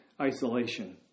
isolation